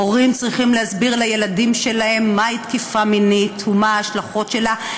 הורים צריכים להסביר לילדים שלהם מהי תקיפה מינית ומה ההשלכות שלה,